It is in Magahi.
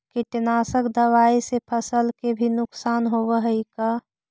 कीटनाशक दबाइ से फसल के भी नुकसान होब हई का?